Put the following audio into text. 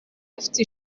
afite